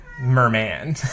Merman